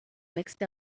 mixed